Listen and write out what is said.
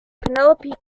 penelope